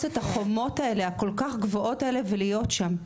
את החומות האלה כל כך גבוהות האלה ולהיות שם.